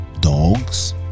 dogs